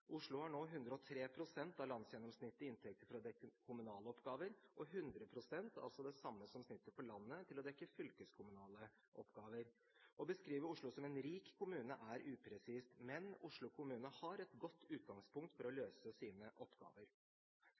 Oslo har nå 103 pst. av landsgjennomsnittet i inntekter for å dekke kommunale oppgaver og 100 pst. – altså det samme snittet som landet – til å dekke fylkeskommunale oppgaver. Å beskrive Oslo som en rik kommune er upresist, men Oslo kommune har et godt utgangspunkt for å løse sine oppgaver.